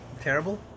terrible